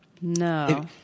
No